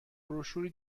بروشوری